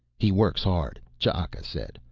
he works hard, ch'aka said.